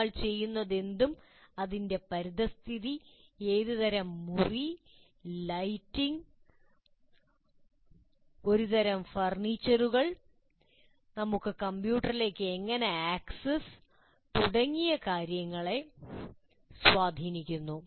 നമ്മൾ ചെയ്യുന്നതെന്തും അതിന്റെ പരിസ്ഥിതി ഏത് തരം മുറി ലൈറ്റിംഗ് ഒരു തരം ഫർണിച്ചറുകൾ നമുക്ക് കമ്പ്യൂട്ടറിലേക്ക് എങ്ങനെ ആക്സസ് ഉണ്ട് തുടങ്ങിയവയെ സ്വാധീനിക്കുന്നു